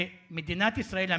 שאומרת שמדינת ישראל,